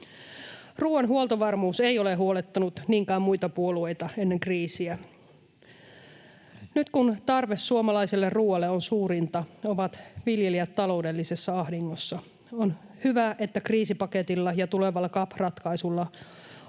Ruoan huoltovarmuus ei ole huolettanut niinkään muita puolueita ennen kriisiä. Nyt kun tarve suomalaiselle ruoalle on suurinta, ovat viljelijät taloudellisessa ahdingossa. On hyvä, että kriisipaketilla ja tulevalla CAP-ratkaisulla osaltaan